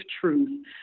truth